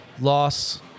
loss